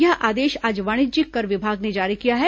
यह आदेश आज वाणिज्यिक कर विभाग ने जारी किया है